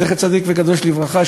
זכר צדיק וקדוש לברכה,